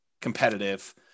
competitive